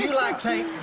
like tate!